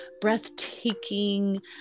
breathtaking